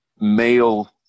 male